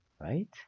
right